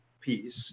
piece